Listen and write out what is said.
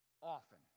often